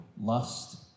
lust